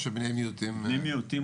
בני מיעוטים,